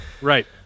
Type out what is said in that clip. Right